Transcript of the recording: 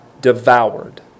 Devoured